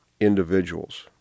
individuals—